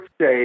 say